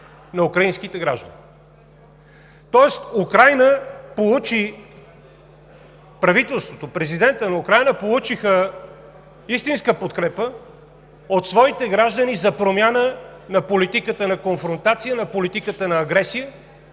на украинските граждани. Тоест Украйна, правителството, президентът на Украйна получиха истинска подкрепа от своите граждани за промяна на политиката на конфронтация, на политиката на агресия